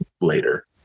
later